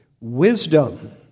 Wisdom